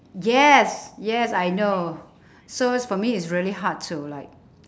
yes yes I know so it's for me it's really hard to like